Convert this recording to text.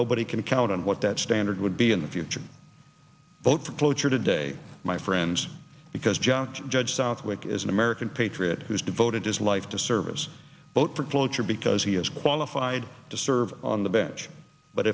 nobody can count on what that standard would be in the future vote for cloture today my friends because judge judge southwick is an american patriot who's devoted his life to service vote for cloture because he is qualified to serve on the bench but